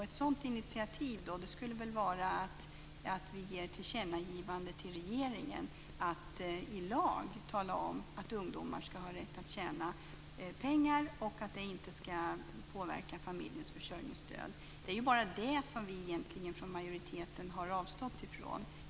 Ett sådant initiativ skulle väl vara att vi gör ett tillkännagivande till regeringen att i lag tala om att ungdomar ska ha rätt att tjäna pengar och att det inte ska påverka familjens försörjningsstöd. Det är egentligen bara det som vi från majoriteten har avstått från.